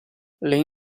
lane